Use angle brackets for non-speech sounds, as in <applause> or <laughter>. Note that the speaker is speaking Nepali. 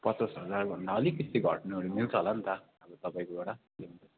पचास हजारभन्दा अलिकति घट्नुहरू मिल्छ होला नि त अब तपाईँकोबाट <unintelligible>